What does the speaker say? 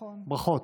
ברכות.